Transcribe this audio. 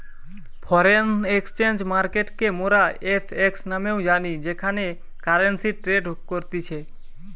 foreign exchange মার্কেটকে মোরা FX নামেও জানি যেখানে কারেন্সি ট্রেড করতিছে